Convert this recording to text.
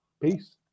Peace